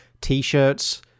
T-shirts